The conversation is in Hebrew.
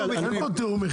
גם היום אין תיאום מחירים.